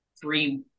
three